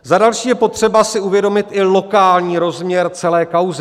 Za další je potřeba si uvědomit i lokální rozměr celé kauzy.